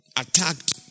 attacked